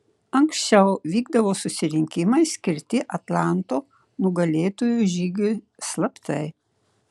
anksčiau vykdavo susirinkimai skirti atlanto nugalėtojų žygiui slaptai